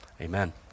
Amen